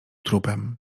trupem